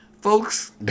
Folks